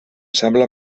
sembla